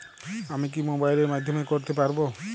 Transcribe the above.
আমি কি মোবাইলের মাধ্যমে করতে পারব?